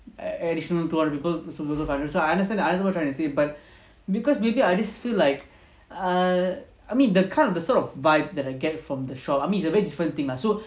additional two hundred people so I understand what you are trying to say but because maybe I just feel like err I mean the kind of sort of vibe that I get from the shop I mean it's a very different thing lah so